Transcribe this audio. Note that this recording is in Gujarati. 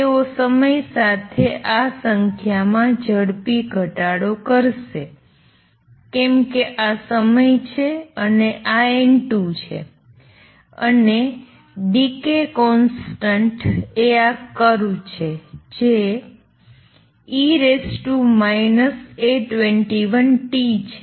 તેઓ સમય સાથે આ સંખ્યામાં ઝડપથી ઘટાડો કરશે જેમ કે આ સમય છે અને આ N2 છે અને ડિકે કોંસ્ટંટ એ આ કર્વ છે જે e A21t છે